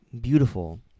beautiful